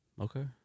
Okay